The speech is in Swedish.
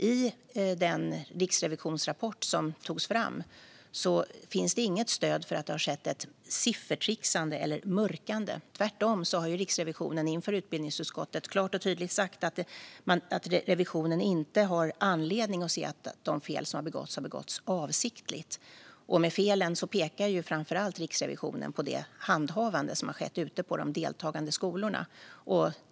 I den riksrevisionsrapport som togs fram finns det inget stöd för att det har skett ett siffertrixande eller mörkande. Tvärtom har Riksrevisionen inför utbildningsutskottet klart och tydligt sagt att Riksrevisionen inte har anledning att se att de fel som har begåtts har begåtts avsiktligt. När det gäller felen pekar Riksrevisionen framför allt på det handhavande som har skett ute på de deltagande skolorna.